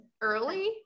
early